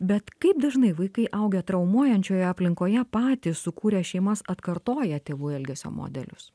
bet kaip dažnai vaikai augę traumuojančioje aplinkoje patys sukūrę šeimas atkartoja tėvų elgesio modelius